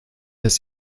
des